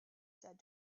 said